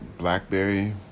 Blackberry